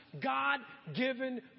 God-given